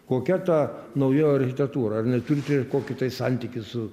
kokia ta naujoji architektūra ar jinai turi turėt kokį tai santykį su